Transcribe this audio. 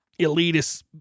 elitist